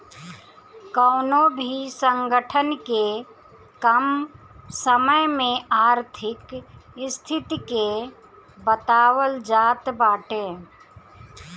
कवनो भी संगठन के कम समय में आर्थिक स्थिति के बतावल जात बाटे